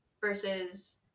versus